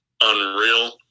unreal